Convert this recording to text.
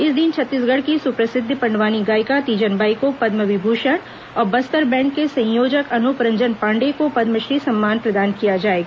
इस दिन छत्तीसगढ़ की सुप्रसिद्ध पंडवानी गायिका तीजनबाई को पद्म विभूषण और बस्तर बैण्ड के संयोजक अनूप रंजन पाण्डेय को पद्मश्री सम्मान प्रदान किया जाएगा